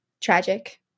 tragic